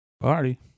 Party